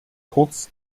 kurz